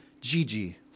Gigi